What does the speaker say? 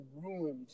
ruined